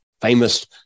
Famous